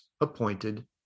appointed